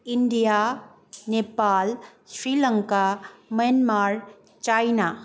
India Nepal Sri Lanka Myanmar China